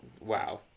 Wow